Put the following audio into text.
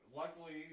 luckily